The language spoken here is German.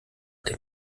dem